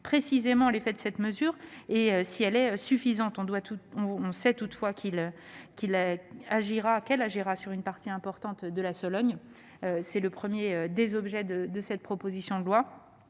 d'apprécier l'effet de cette mesure et de déterminer si elle sera suffisante. On sait toutefois qu'elle agira sur une partie importante de la Sologne. C'est le premier des objets de cette proposition de loi,